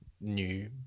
new